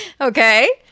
Okay